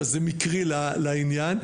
אבל זה מקרי לעניין,